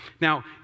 Now